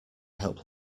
help